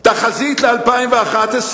תחזית ל-2011,